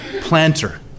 planter